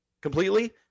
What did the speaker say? completely